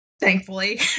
thankfully